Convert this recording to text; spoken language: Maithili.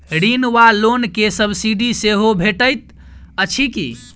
ऋण वा लोन केँ सब्सिडी सेहो भेटइत अछि की?